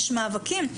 יש מאבקים.